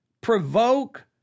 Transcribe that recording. provoke